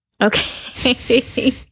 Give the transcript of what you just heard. Okay